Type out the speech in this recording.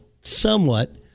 Somewhat